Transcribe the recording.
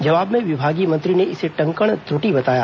जवाब में विभागीय मंत्री ने इसे टंकण त्रटि बताया